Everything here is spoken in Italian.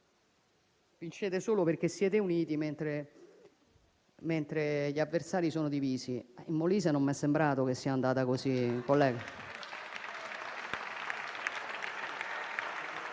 vinciamo solo perché siamo uniti, mentre gli avversari sono divisi. In Molise non mi è sembrato che sia andata così, onorevole